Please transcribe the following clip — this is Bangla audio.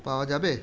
পাওয়া যাবে